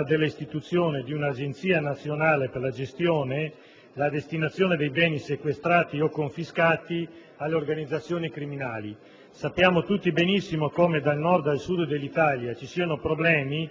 infatti dell'istituzione di un'agenzia nazionale per la gestione e la destinazione dei beni sequestrati o confiscati alle organizzazioni criminali. Sappiamo tutti benissimo come dal Nord al Sud dell'Italia ci siano problemi